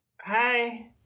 Hi